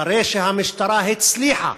אחרי שהמשטרה הצליחה